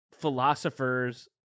philosophers